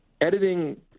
editing